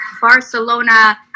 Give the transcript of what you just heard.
Barcelona